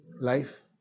life